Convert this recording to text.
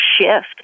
shift